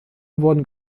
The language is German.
wurden